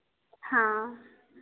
हाँ